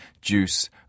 juice